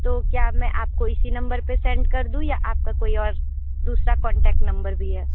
तो क्या मैं आपको इसी नंबर पे सेंड कर दूं या आपका कोई और दूसरा कॉन्टैक्ट नंबर भी है